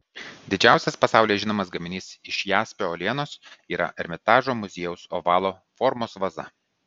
didžiausias pasaulyje žinomas gaminys iš jaspio uolienos yra ermitažo muziejaus ovalo formos vaza